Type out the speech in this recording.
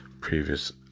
Previous